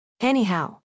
Anyhow